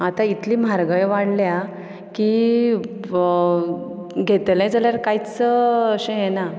आतां इतली म्हारगाय वाडल्या की घेतले जाल्यार कांयच अशें हें ना